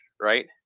right